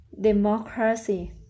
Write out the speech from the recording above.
democracy